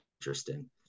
interesting